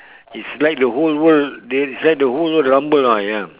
it's like the whole world they it's like the whole world rumble oh ya